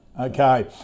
Okay